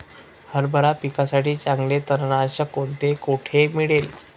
हरभरा पिकासाठी चांगले तणनाशक कोणते, कोठे मिळेल?